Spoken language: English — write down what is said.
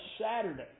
Saturday